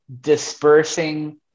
dispersing